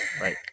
Right